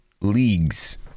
leagues